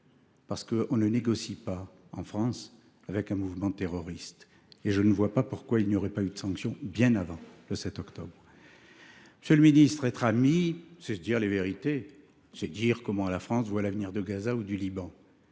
France, on ne négocie pas avec un mouvement terroriste. Et je ne vois pas pourquoi il n’y aurait pas eu de sanction bien avant cette date. Monsieur le ministre, être amis, c’est se dire des vérités, c’est dire comment la France voit l’avenir de Gaza ou du Liban,